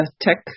tech